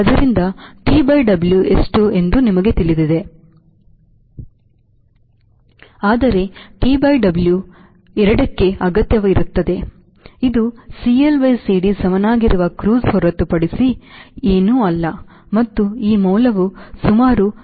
ಆದ್ದರಿಂದ T W ಎಷ್ಟು ಎಂದು ನಿಮಗೆ ತಿಳಿದಿದೆ ಆದರೆ ಟಿ ಡಬ್ಲ್ಯೂ 2 ಕ್ಕೆ ಅಗತ್ಯವಿರುತ್ತದೆ ಇದು CLCD ಸಮನಾಗಿರುವ ಕ್ರೂಸ್ ಹೊರತುಪಡಿಸಿ ಏನೂ ಅಲ್ಲ ಮತ್ತು ಈ ಮೌಲ್ಯವು ಸುಮಾರು 0